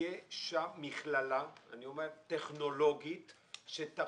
שתהיה שם מכללה טכנולוגית שתכשיר.